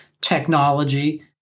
technology